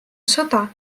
sõda